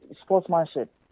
sportsmanship